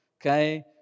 okay